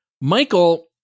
Michael